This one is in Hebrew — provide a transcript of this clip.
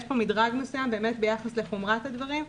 יש פה מדרג מסוים ביחס לחומרת הדברים.